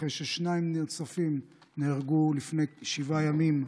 אחרי ששניים נוספים נהרגו לפני שבעה ימים,